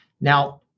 Now